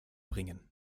bringen